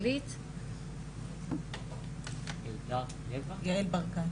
הכללית בהחלט תומכת ומשתדלת לעודד שימור פריון